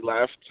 left